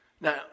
Now